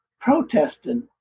protesting